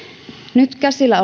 nyt käsillä